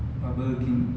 uh burger king